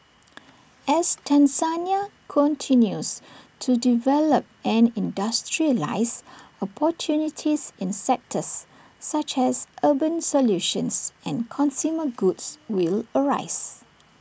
as Tanzania continues to develop and industrialise opportunities in sectors such as urban solutions and consumer goods will arise